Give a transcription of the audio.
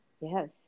Yes